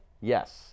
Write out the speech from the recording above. Yes